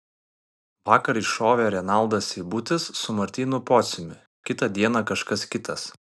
vakar iššovė renaldas seibutis su martynu pociumi kitą dieną kažkas kitas